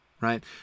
right